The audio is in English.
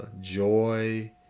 joy